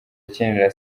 akinira